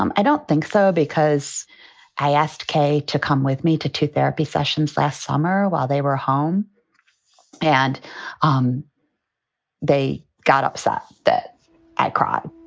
um i don't think so, because i asked kay to come with me to two therapy sessions last summer while they were home and um they got upset that i cried,